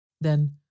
Then